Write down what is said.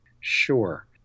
Sure